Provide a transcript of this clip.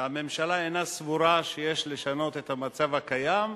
שהממשלה אינה סבורה שיש לשנות את המצב הקיים,